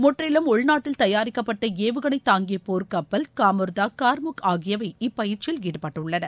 முற்றிலும் உள்நாட்டில் தயாரிக்கப்பட்ட ஏவுகணை தாங்கிய போர்க்கப்பல் காமோர்த்தா கார்முக் ஆகியவை இப்பயிற்சியில் ஈடுபட்டுள்ளன